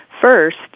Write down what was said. First